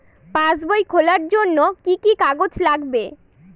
পাসবই খোলার জন্য কি কি কাগজ লাগবে?